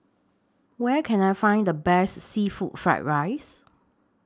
Where Can I Find The Best Seafood Fried Rice